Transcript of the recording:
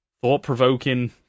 thought-provoking